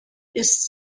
ist